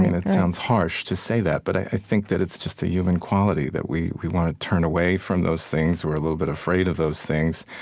and it sounds harsh to say that. but i think that it's just a human quality that we we want to turn away from those things. we're a little bit afraid of those things.